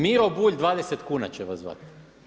Miro Bulj 20 kuna će vas zvati.